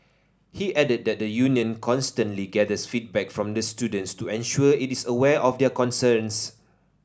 he added that the union constantly gathers feedback from the students to ensure it is aware of their concerns